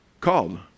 Called